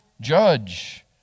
judge